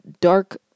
dark